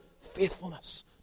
Faithfulness